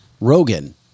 Rogan